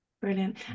brilliant